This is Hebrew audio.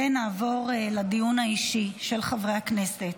נעבור לדיון האישי של חברי הכנסת.